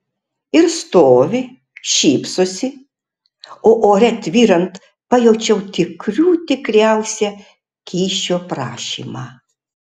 ir stovi šypsosi o ore tvyrant pajaučiau tikrų tikriausią kyšio prašymą